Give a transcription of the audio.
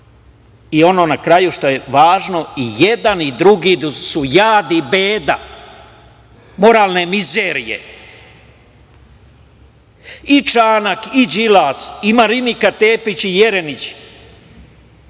ono na kraju što je važno, i jedan i drugi su jad i beda, moralne mizerije i Čanak i Đilas i Marinika Tepić i Jeremić,